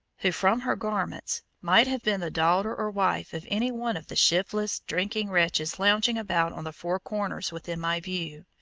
who from her garments might have been the daughter or wife of any one of the shiftless, drinking wretches lounging about on the four corners within my view,